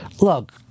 Look